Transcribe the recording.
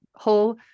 Whole